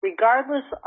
regardless